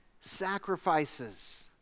sacrifices